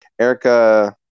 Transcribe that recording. Erica